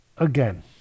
Again